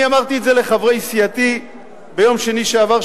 אני אמרתי את זה לחברי סיעתי ביום שני שעבר,